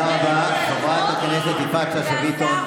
תודה רבה, חברת הכנסת יפעת שאשא ביטון.